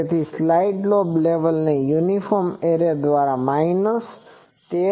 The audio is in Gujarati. તેથી સાઇડ લોબ લેવલને યુનિફોર્મ એરે દ્વારા 13